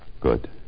Good